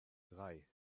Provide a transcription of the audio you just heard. drei